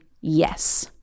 yes